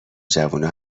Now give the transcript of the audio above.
جوونا